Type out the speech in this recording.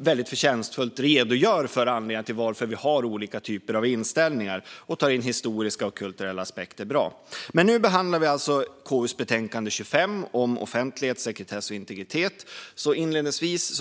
väldigt förtjänstfullt för varför vi har olika typer av inställningar och tar på ett bra sätt in historiska och kulturella aspekter. Nu behandlar vi KU:s betänkande 25 om offentlighet, sekretess och integritet. Jag yrkar inledningsvis